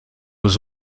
was